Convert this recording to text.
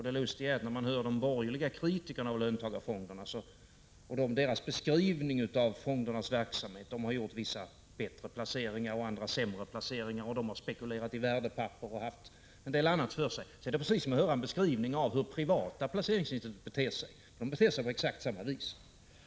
Det lustiga är, att när man hör de borgerliga kritikerna av löntagarfonderna och deras beskrivning av fondernas verksamhet — de har gjort vissa bättre placeringar och andra, sämre placeringar, och de har spekulerat i värdepapper och haft en del annat för sig — är det precis som att höra en beskrivning av hur privata placeringsinstitut beter sig, som beter sig på exakt samma vis.